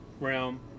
realm